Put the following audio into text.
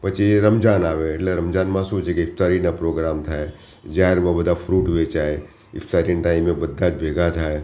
પછી રમજાન આવે તો રમજાનમાં શું છે કે ઇફતારીના પ્રોગ્રામ થાય જાહેરમાં બધા ફ્રૂટ વેચાય ઇફ્તારીના ટાઈમે બધા જ ભેગા થાય